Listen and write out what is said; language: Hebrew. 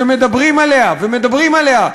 שמדברים עליה ומדברים עליה,